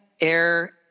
air